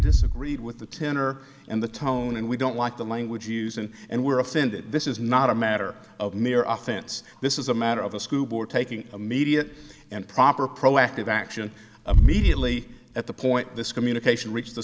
disagreed with the tenor and the tone and we don't like that language use and and we're offended this is not a matter of mere offense this is a matter of the school board taking immediate and proper proactive action of mediately at the point this communication reached the